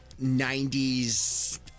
90s